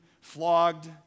flogged